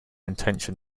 intention